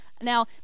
Now